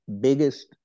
Biggest